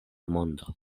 mondo